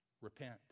repent